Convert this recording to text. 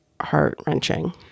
heart-wrenching